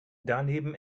daneben